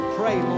pray